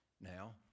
now